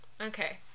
Okay